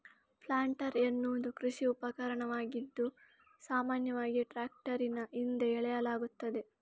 planter ಎನ್ನುವುದು ಕೃಷಿ ಉಪಕರಣವಾಗಿದ್ದು, ಸಾಮಾನ್ಯವಾಗಿ ಟ್ರಾಕ್ಟರಿನ ಹಿಂದೆ ಎಳೆಯಲಾಗುತ್ತದೆ